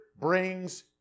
brings